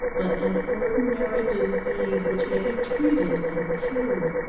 but an ordinary disease which may be treated and cured.